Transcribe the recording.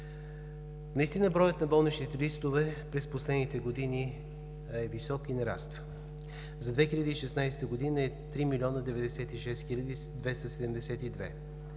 Наистина броят на болничните листове през последните години е висок и нараства. За 2016 г. е 3 млн. 96 хил.